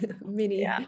mini